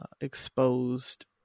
exposed